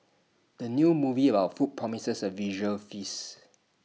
the new movie about food promises A visual feast